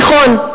תלמיד תיכון,